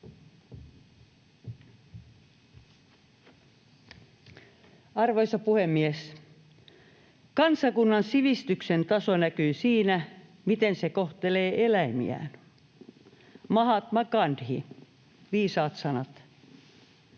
Arvoisa puhemies! ”Kansakunnan sivistyksen taso näkyy siinä, miten se kohtelee eläimiään.” Mahatma Gandhi, viisaat sanat.